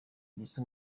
gisa